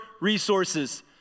resources